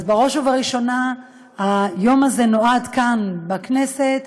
אז לזה בראש ובראשונה היום הזה נועד כאן, בכנסת,